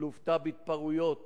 לוותה בהתפרעויות